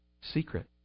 secret